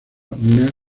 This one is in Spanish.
una